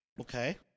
Okay